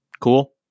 cool